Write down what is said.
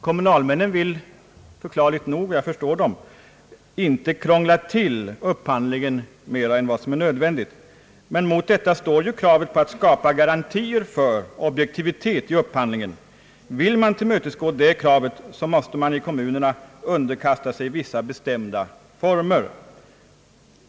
Kommunalmännen vill — förklarligt nog, jag förstår dem — inte krångla till upphandlingen mer än nödvändigt, men mot detta står ju kravet på att skapa garantier för objektivitet i upphandlingen. Vill man i kommunerna tillmötesgå det kravet, måste man underkasta sig vissa bestämda former.